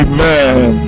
Amen